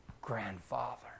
Grandfather